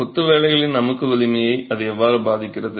கொத்து வேலைகளின் அமுக்கு வலிமையை அது எவ்வாறு பாதிக்கிறது